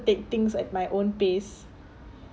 take things at my own pace